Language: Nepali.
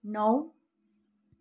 नौ